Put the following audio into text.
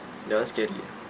that [one] scary ah